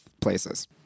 places